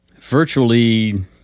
virtually